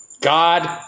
God